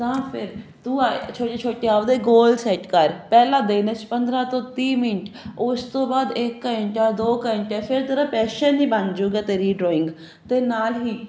ਤਾਂ ਫਿਰ ਤੂੰ ਛੋਟੀ ਛੋਟੀ ਆਪਦੇ ਗੋਲ ਸੈਟ ਕਰ ਪਹਿਲਾ ਦਿਨ ਚ ਪੰਦਰਾਂ ਤੋਂ ਤੀਹ ਮਿੰਟ ਉਸ ਤੋਂ ਬਾਅਦ ਇਕ ਘੰਟਾ ਦੋ ਘੰਟੇ ਫਿਰ ਤੇਰਾ ਪੈਸ਼ਨ ਹੀ ਬਣ ਜੂਗਾ ਤੇਰੀ ਡਰਾਇੰਗ ਦੇ ਨਾਲ ਹੀ